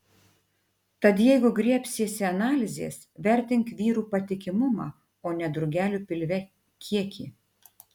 tad jeigu griebsiesi analizės vertink vyrų patikimumą o ne drugelių pilve kiekį